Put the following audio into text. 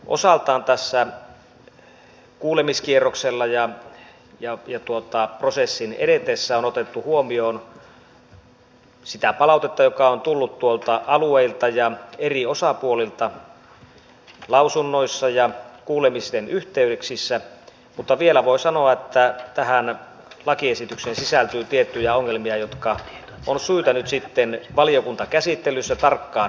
osaltaan tässä kuulemiskierroksella ja prosessin edetessä on otettu huomioon sitä palautetta joka on tullut alueilta ja eri osapuolilta lausunnoissa ja kuulemisten yhteyksissä mutta vielä voi sanoa että tähän lakiesitykseen sisältyy tiettyjä ongelmia jotka on syytä nyt valiokuntakäsittelyssä tarkkaan harkita